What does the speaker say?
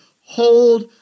hold